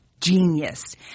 genius